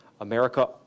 America